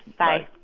bye